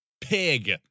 pig